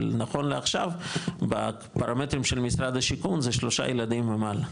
אבל נכון לעכשיו בפרמטרים של משרד השיכון זה שלושה ילדים ומעלה.